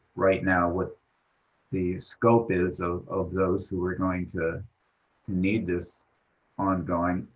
right now with the scope is of of those who are going to to need this ongoing.